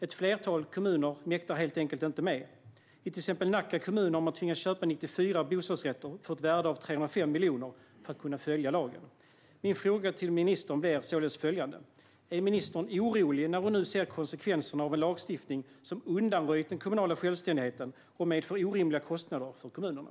Ett flertal kommuner mäktar helt enkelt inte med. I till exempel Nacka kommun har man tvingats köpa 94 bostadsrätter till ett värde av 305 miljoner för att kunna följa lagen. Min fråga till ministern blir således följande: Är ministern orolig när hon nu ser konsekvenserna av en lagstiftning som undanröjt den kommunala självständigheten och som medför orimliga kostnader för kommunerna?